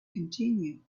continue